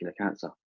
cancer